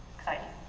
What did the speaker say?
exciting.